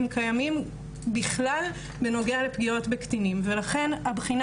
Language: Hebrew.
הם קיימים בכלל בנוגע לפגיעות בקטינים ולכן הבחינה